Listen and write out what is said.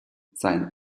sein